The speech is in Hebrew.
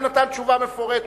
וגם נתן תשובה מפורטת.